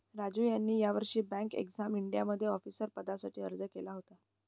रानू यांनी यावर्षी bank exam इंडियामध्ये ऑफिसर पदासाठी अर्ज केला होता